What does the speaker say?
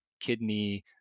kidney